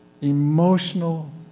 emotional